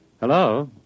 Hello